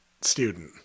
student